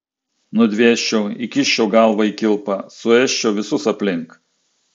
nudvėsčiau įkiščiau galvą į kilpą suėsčiau visus aplink